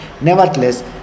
Nevertheless